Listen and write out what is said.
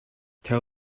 tell